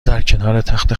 درکنارتخت